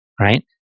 right